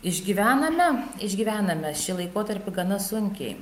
išgyvename išgyvename šį laikotarpį gana sunkiai